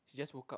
she just woke up